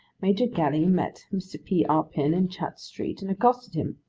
major gally met mr. p. arpin in chatres street, and accosted him.